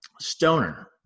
Stoner